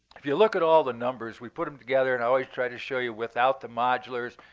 if you look at all the numbers, we put them together and always try to show you without the modulars,